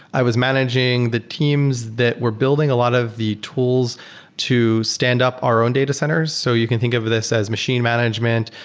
i was managing the teams that were building a lot of the tools to stand up our own data centers. so you can think of of this as machine management.